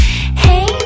Hey